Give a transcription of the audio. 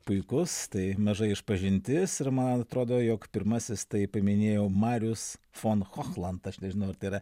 puikus tai maža išpažintis ir man atrodo jog pirmasis tai paminėjau marius fon chochlant aš nežinau ar tai yra